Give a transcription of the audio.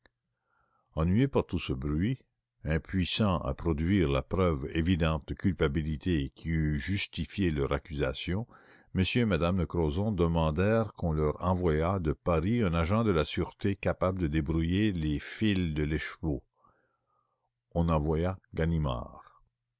ennuyés par tout ce bruit impuissants à produire la preuve évidente de culpabilité qui eût justifié leur accusation m et m me de crozon demandèrent qu'on leur envoyât de paris un agent de la sûreté capable de débrouiller les fils de l'écheveau on envoya ganimard